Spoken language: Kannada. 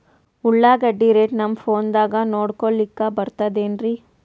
ಉಳ್ಳಾಗಡ್ಡಿ ರೇಟ್ ನಮ್ ಫೋನದಾಗ ನೋಡಕೊಲಿಕ ಬರತದೆನ್ರಿ?